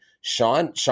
Sean